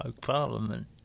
Parliament